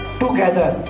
together